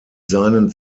seinen